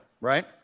right